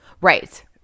Right